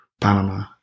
Panama